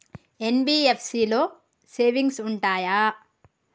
NBFC లో savings ఉంటయా?